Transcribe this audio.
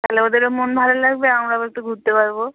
তালে ওদেরও মন ভালো লাগবে আমরাও একটু ঘুরতে পারব